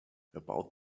about